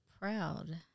proud